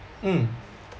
mm